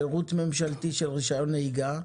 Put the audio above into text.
שירות ממשלתי של רישיון נהיגה.